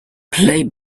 play